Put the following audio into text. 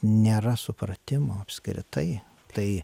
nėra supratimo apskritai tai